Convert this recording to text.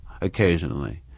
occasionally